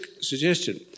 suggestion